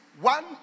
one